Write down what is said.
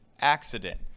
accident